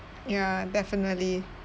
ya definitely